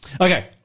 Okay